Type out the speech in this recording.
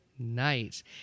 Nice